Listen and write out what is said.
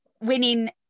winning